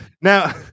Now